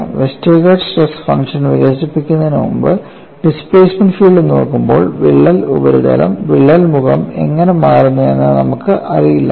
Westergaard stress function വികസിപ്പിക്കുന്നതിന് മുമ്പ് displacement field നോക്കുമ്പോൾ വിള്ളൽ ഉപരിതലം വിള്ളൽ മുഖം എങ്ങനെ മാറുന്നു എന്ന് നമ്മൾക്ക് അറിയില്ലായിരുന്നു